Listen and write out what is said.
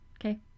Okay